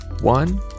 One